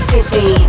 City